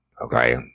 okay